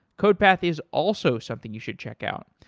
codepath is also something you should check out.